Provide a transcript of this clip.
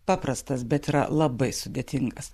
paprastas bet yra labai sudėtingas